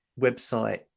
website